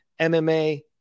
MMA